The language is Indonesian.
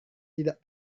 tidak